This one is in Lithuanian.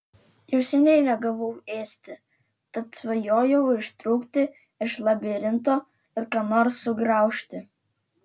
jau seniai negavau ėsti tad svajojau ištrūkti iš labirinto ir ką nors sugraužti